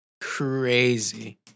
crazy